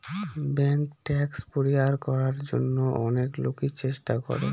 bank tax পরিহার করার জন্য অনেক লোকই চেষ্টা করে